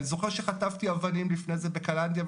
אני זוכר שחטפתי אבנים לפני זה בקלנדיה,